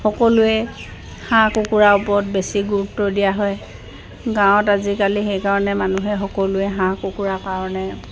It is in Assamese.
সকলোৱে হাঁহ কুকুৰাৰ ওপৰত বেছি গুৰুত্ব দিয়া হয় গাঁৱত আজিকালি সেইকাৰণে মানুহে সকলোৱে হাঁহ কুকুৰাৰ কাৰণে